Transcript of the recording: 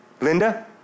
Linda